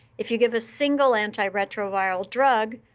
if you give a single antiretroviral drug,